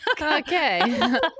Okay